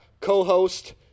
co-host